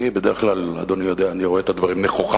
אני, בדרך כלל, אדוני יודע, רואה את הדברים נכוחה.